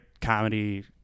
comedy